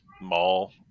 mall